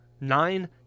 nine